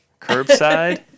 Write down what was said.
Curbside